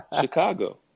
Chicago